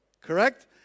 correct